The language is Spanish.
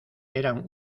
eran